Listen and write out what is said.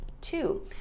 two